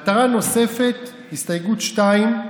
מטרה נוספת, הסתייגות 2,